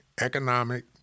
economic